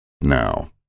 Now